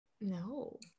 no